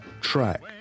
track